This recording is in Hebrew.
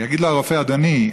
יגיד לו הרופא: אדוני,